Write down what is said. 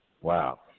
Wow